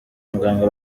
muganga